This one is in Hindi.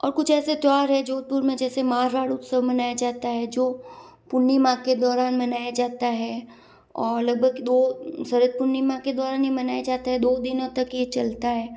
और कुछ ऐसे त्यौहार है जोधपुर में जैसे मारवाड़ उत्सव मनाया जाता है जो पूर्णिमा के दौरान मनाया जाता है और लगभग दो शरद पूर्णिमा के द्वारा नहीं मनाया जाता है दो दिनों तक ये चलता है